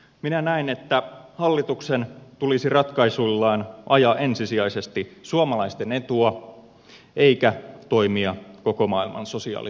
minä näen että hallituksen tulisi ratkaisuillaan ajaa ensisijaisesti suomalaisten etua eikä toimia koko maailman sosiaalitoimistona